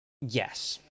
yes